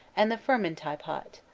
and furmentie-pot.